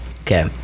Okay